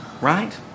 right